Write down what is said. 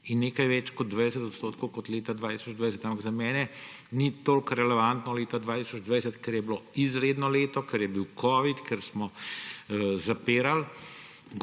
in nekaj več kot 20 odstotkov kot leta 2020. Ampak za mene ni toliko relevantno leta 2020, ker je bilo izredno leto, ker je bil covid, ker smo zapirali